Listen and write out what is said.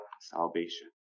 salvation